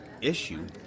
Issue